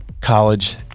College